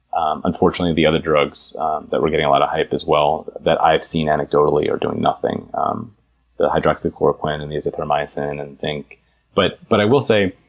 um unfortunately, the other drugs that were getting a lot of hype as well, that i've seen anecdotally, are doing nothing um the hydroxychloroquine, and the azithromycin, and the but but i will say,